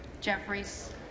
Jeffries